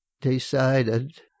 decided